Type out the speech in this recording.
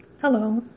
Hello